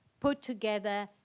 put together,